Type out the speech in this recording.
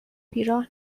بیراه